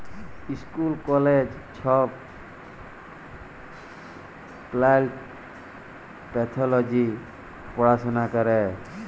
school কলেজে ছব plant pathology পড়াশুলা ক্যরে